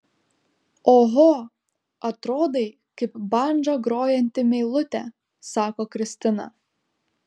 oho atrodai kaip bandža grojanti meilutė sako kristina